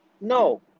No